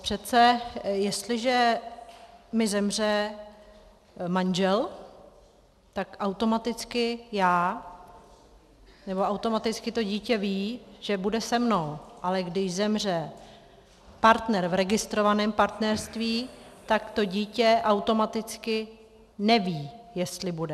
Přece jestliže mi zemře manžel, tak automaticky já nebo automaticky to dítě ví, že bude se mnou, ale když zemře partner v registrovaném partnerství, tak to dítě automaticky neví, jestli bude.